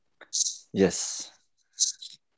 Yes